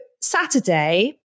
Saturday